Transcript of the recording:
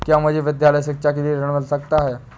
क्या मुझे विद्यालय शिक्षा के लिए ऋण मिल सकता है?